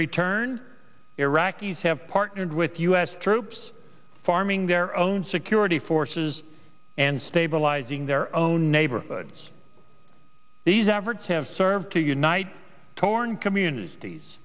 return iraqis have partnered with u s troops forming their own security forces and stabilizing their own neighborhoods these efforts have served to unite torn communities